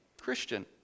Christian